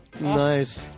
Nice